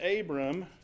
Abram